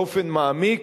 באופן מעמיק,